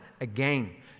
again